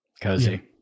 cozy